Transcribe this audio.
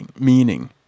meaning